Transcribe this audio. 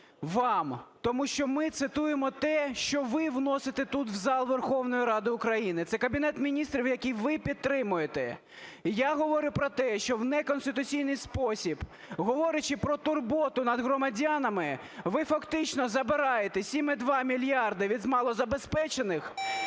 вам, тому що ми цитуємо те, що ви вносите тут в зал Верховної Ради України. Це Кабінет Міністрів, який ви підтримуєте. І я говорю про те, що в неконституційний спосіб, говорячи про турботу над громадянами, ви фактично забираєте 7,2 мільярди від малозабезпечених,